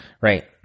Right